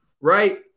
right